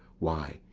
why,